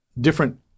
different